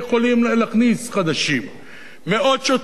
מאות שוטרים,